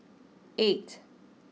eight